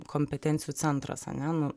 kompetencijų centras ane nu